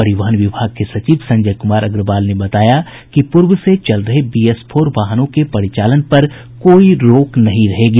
परिवहन विभाग के सचिव संजय कुमार अग्रवाल ने बताया कि पूर्व से चल रहे बीएस फोर वाहनों के परिचालन पर कोई रोक नहीं रहेगी